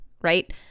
right